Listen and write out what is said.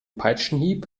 peitschenhieb